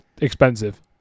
expensive